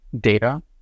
data